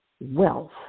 wealth